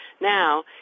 now